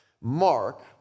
Mark